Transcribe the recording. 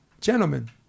gentlemen